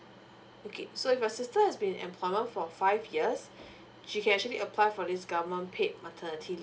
okay if your sister has been in employment for five years she actually apply for this government paid maternity leave